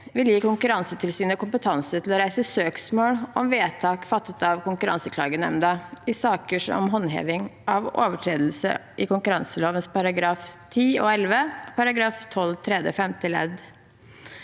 vil gi Konkurransetilsynet kompetanse til å reise søksmål mot vedtak fattet av Konkurranseklagenemnda i saker om håndheving av overtredelse av konkurranseloven §§ 10 og 11 og § 12 tredje